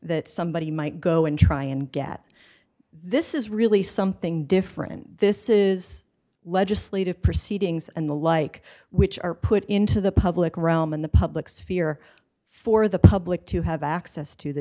that somebody might go and try and get this is really something different this is legislative proceedings and the like which are put into the public realm in the public sphere for the public to have access to the